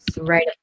right